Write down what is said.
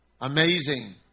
Amazing